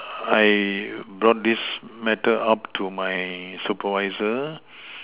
I brought this matter up to my supervisor